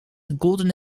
golden